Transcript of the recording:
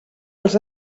els